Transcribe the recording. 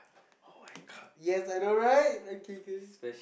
[oh]-my-god yes I know right okay K